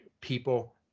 people